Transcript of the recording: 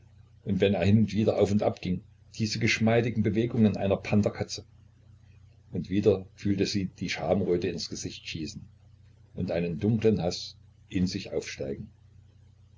und wenn er hin und wieder auf und abging diese geschmeidigen bewegungen einer pantherkatze und wieder fühlte sie die schamröte ins gesicht schießen und einen dunklen haß in sich aufsteigen